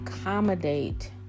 accommodate